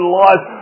life